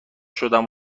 شدم